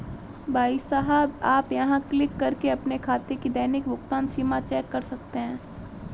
भाई साहब आप यहाँ क्लिक करके अपने खाते की दैनिक भुगतान सीमा चेक कर सकते हैं